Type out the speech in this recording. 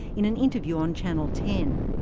in an interview on channel ten.